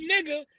nigga